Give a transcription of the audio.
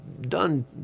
done